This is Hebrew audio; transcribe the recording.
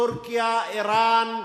טורקיה, אירן,